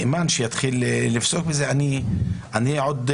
שקורה בפועל שנקבעים תשלומים חודשיים והחייבים לא עומדים בהם,